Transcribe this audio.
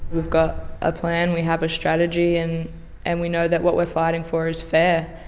we've got a plan. we have a strategy and and we know that what we're fighting for is fair.